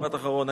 משפט אחרון.